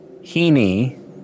Heaney